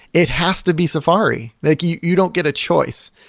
it has to be safari. like you you don't get a choice.